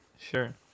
sure